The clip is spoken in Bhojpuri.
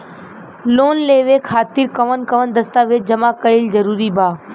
लोन लेवे खातिर कवन कवन दस्तावेज जमा कइल जरूरी बा?